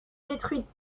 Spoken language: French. détruite